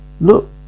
Look